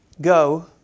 Go